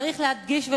צריך להדגיש ולומר: